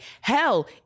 hell